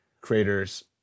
creators